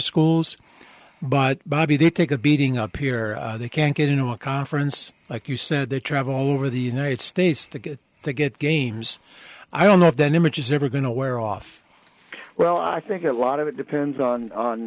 schools but bobby did take a beating up here they can't get into a conference like you said they travel all over the united states to get to get games i don't know if then image is ever going to wear off well i think a lot of it depends on